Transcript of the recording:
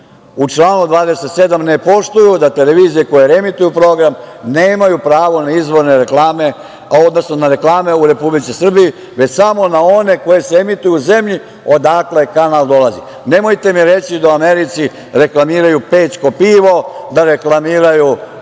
u članu 27. ne poštuju da televizije koje reemituju program nemaju pravo na izvorne reklame, odnosno na reklame u Republici Srbiji, već samo na one koje se emituju u zemlji odakle kanal dolazi. Nemojte mi reći da u Americi reklamiraju „Pećko pivo“, da reklamiraju,